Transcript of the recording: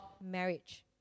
marriage